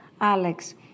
Alex